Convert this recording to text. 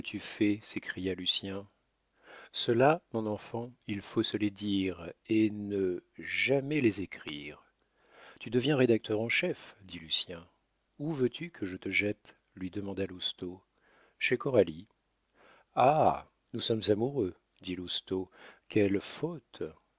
fais s'écria lucien ceux-là mon enfant il faut se les dire et jamais les écrire tu deviens rédacteur en chef dit lucien où veux-tu que je te jette lui demanda lousteau chez coralie ah nous sommes amoureux dit lousteau quelle faute